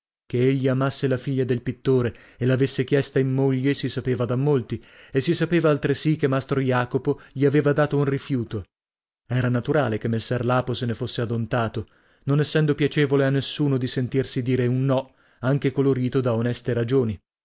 che egli amasse la figlia del pittore e l'avesse chiesta in moglie si sapeva da molti e si sapeva altresì che mastro jacopo gli aveva dato un rifiuto era naturale che messer lapo se ne fosse adontato non essendo piacevole a nessuno di sentirsi dire un no anche colorito da oneste ragioni